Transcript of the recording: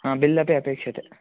आ बिल् अपि अपेक्षते